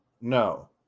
No